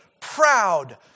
proud